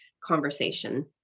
conversation